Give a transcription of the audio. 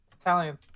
Italian